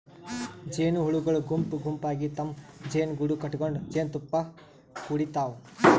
ಜೇನಹುಳಗೊಳ್ ಗುಂಪ್ ಗುಂಪಾಗಿ ತಮ್ಮ್ ಜೇನುಗೂಡು ಕಟಗೊಂಡ್ ಜೇನ್ತುಪ್ಪಾ ಕುಡಿಡ್ತಾವ್